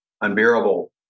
unbearable